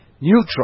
Neutral